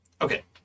Okay